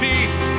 Peace